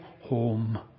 home